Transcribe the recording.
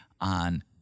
on